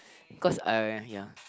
cause I ya